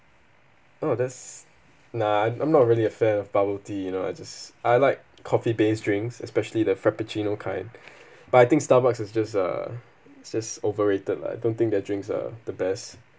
oh that's nah I'm I'm not really a fan of bubble tea you know I just I like coffee-based drinks especially the frappuccino kind but I think Starbucks is just uh just overrated lah I don't think their drinks are the best